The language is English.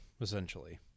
essentially